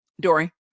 Dory